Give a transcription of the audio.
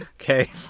Okay